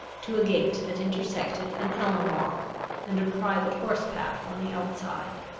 to a gate that intersected an elm-walk and a private horse-path on the outside.